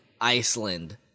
Iceland